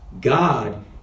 God